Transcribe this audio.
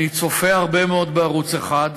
אני צופה הרבה מאוד בערוץ 1,